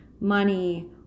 money